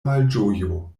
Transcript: malĝojo